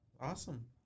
awesome